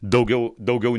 daugiau daugiau